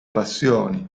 passioni